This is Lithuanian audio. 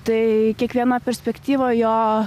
tai kiekviena perspektyva jo